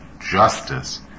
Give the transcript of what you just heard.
justice